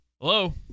Hello